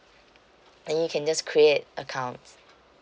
and you can just create account